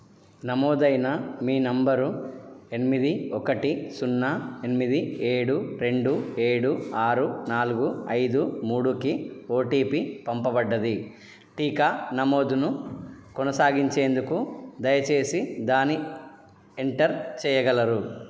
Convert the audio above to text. నమోదైన మీ నంబరు ఎనిమిది ఒకటి సున్నా ఎనిమిది ఏడు రెండు ఏడు ఆరు నాలుగు ఐదు మూడుకి ఓటిపి పంపబడింది టీకా నమోదును కొనసాగించేందుకు దయచేసి దాన్ని ఎంటర్ చెయ్యగలరు